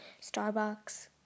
Starbucks